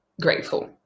grateful